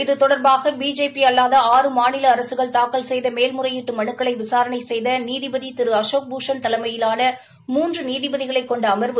இது தொடர்பாக பிஜேபி அல்லாத ஆறு மாநில அரசுகள் தாக்கல் செய்த மேல்முறையீட்டு மனுக்களை விசாரணை செய்த நீதிபதி திரு அசோக்பூஷன் தலைமையிலான மூன்று நீதிபதிகளைக் கொண்ட அம்வு